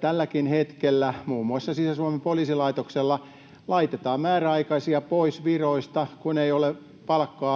tälläkin hetkellä muun muassa Sisä-Suomen poliisilaitoksella laitetaan määräaikaisia pois viroista, kun ei ole